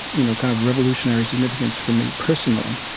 you know, kind of revolutionary significance for me personally,